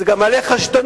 זה גם מעלה חשדנות.